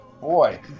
Boy